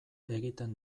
egiten